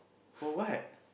for what